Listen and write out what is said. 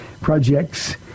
projects